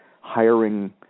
hiring